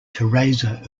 teresa